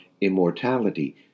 immortality